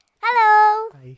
Hello